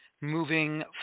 moving